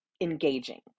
engaging